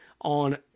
on